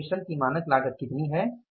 मानक मिश्रण की मानक लागत क्या है